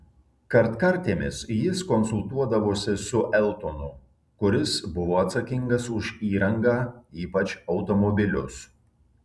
kartkartėmis jis konsultuodavosi su eltonu kuris buvo atsakingas už įrangą ypač automobilius